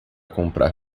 comprar